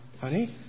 honey